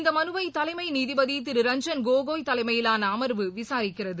இந்தமனுவைதலைமைநீதிபதிதிரு ரஞ்சன் கோகோய் தலைமையிலானஅமர்வு விசாரிக்கிறது